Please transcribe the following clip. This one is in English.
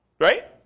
Right